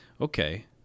okay